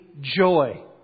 joy